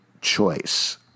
choice